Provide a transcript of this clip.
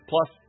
Plus